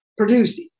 Produced